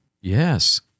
Yes